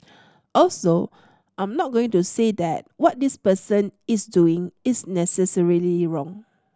also I'm not going to say that what this person is doing is necessarily wrong